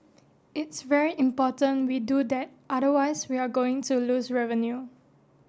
it's very important we do that otherwise we are going to lose revenue